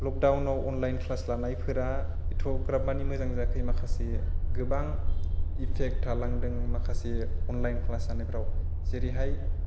लकडाउनाव online class लानायफोरा एथ'ग्राब मानि मोजां जायाखै माखासे गोबां इफेक्ट थालांदों माखासे अनलाइन क्लासअनलाइन क्लास जानायफ्राव जेरैहाय